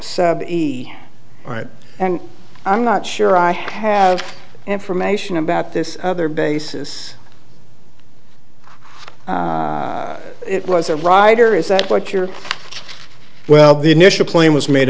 the right and i'm not sure i have information about this other basis it was a rider is that what you're well the initial plan was made